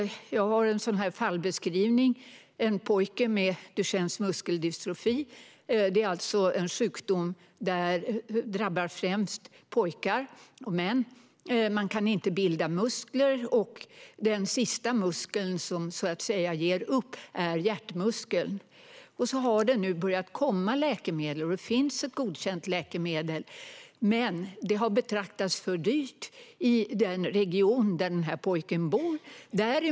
Jag har en fallbeskrivning - en pojke med Duchennes muskeldystrofi. Det är en sjukdom som drabbar främst pojkar och män. Man kan inte bilda muskler, och den sista muskeln som så att säga ger upp är hjärtmuskeln. Nu har det börjat komma läkemedel. Det finns ett godkänt läkemedel, men det har betraktats som för dyrt i den region där den här pojken bor.